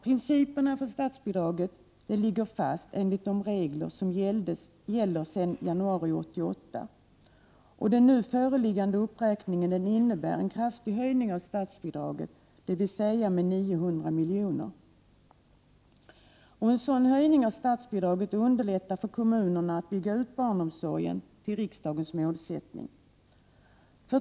Principerna för statsbidraget, ligger fast enligt de regler som gäller sedan januari 1988. Den nu föreliggande uppräkningen innebär en kraftig höjning av statsbidraget med 900 milj.kr. En höjning av statsbidraget underlättar för kommunerna att bygga ut barnomsorgen i enlighet med riksdagens målsättning.